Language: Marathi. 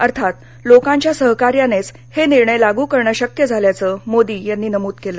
अर्थात लोकांच्या सहकार्यानेच हे निर्णय लागू करणं शक्य झाल्याचं मोदी यांनी नमुद केलं